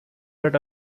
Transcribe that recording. that